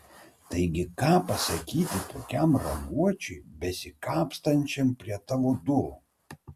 taigi ką pasakyti tokiam raguočiui besikapstančiam prie tavo durų